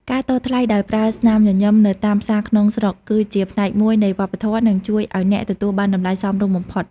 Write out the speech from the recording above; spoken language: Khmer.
ការតថ្លៃដោយប្រើស្នាមញញឹមនៅតាមផ្សារក្នុងស្រុក គឺជាផ្នែកមួយនៃវប្បធម៌ និងជួយឱ្យអ្នកទទួលបានតម្លៃសមរម្យបំផុត។